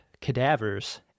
cadavers